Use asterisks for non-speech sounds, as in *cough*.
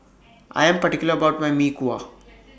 I Am particular about My Mee Kuah *noise*